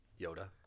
Yoda